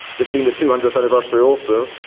this being the two hundredth anniversary also,